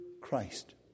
Christ